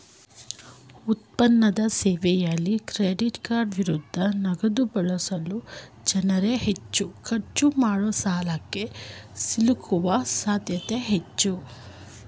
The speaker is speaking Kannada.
ಉತ್ಪನ್ನದ ಸೇವೆಯಲ್ಲಿ ಕ್ರೆಡಿಟ್ಕಾರ್ಡ್ ವಿರುದ್ಧ ನಗದುಬಳಸುವ ಜನ್ರುಹೆಚ್ಚು ಖರ್ಚು ಮಾಡಿಸಾಲಕ್ಕೆ ಸಿಲುಕುವ ಸಾಧ್ಯತೆ ಹೆಚ್ಚು